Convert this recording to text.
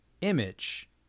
image